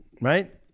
Right